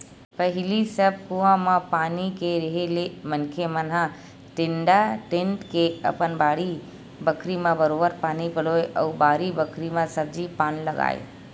पहिली सब कुआं म पानी के रेहे ले मनखे मन ह टेंड़ा टेंड़ के अपन बाड़ी बखरी म बरोबर पानी पलोवय अउ बारी बखरी म सब्जी पान लगाय